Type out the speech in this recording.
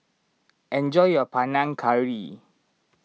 enjoy your Panang Curry